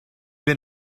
been